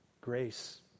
Grace